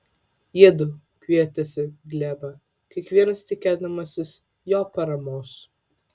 jiedu kvietėsi glėbą kiekvienas tikėdamasis jo paramos